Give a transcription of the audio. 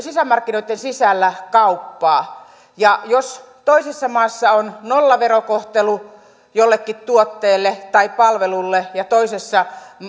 sisämarkkinoitten sisällä kauppaa ja jos toisessa maassa on nollaverokohtelu jollekin tuotteelle tai palvelulle ja toisessa